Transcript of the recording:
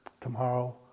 tomorrow